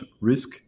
risk